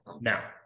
Now